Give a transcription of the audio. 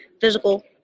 physical